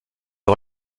des